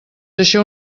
això